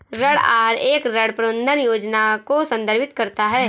ऋण आहार एक ऋण प्रबंधन योजना को संदर्भित करता है